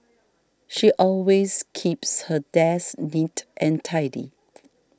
she always keeps her desk neat and tidy